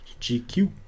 GQ